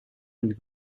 and